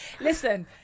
Listen